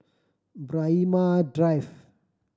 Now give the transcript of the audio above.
Braemar Drive